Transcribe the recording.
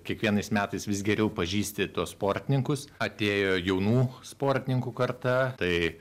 kiekvienais metais vis geriau pažįsti tuos sportininkus atėjo jaunų sportininkų karta tai